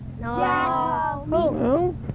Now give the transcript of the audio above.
No